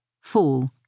fall